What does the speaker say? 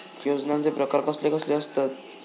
योजनांचे प्रकार कसले कसले असतत?